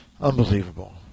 unbelievable